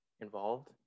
involved